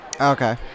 Okay